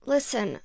Listen